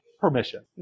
Permission